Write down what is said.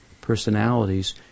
personalities